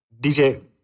DJ